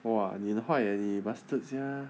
!wah! 你很坏 eh 你 bastard sia